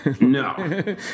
No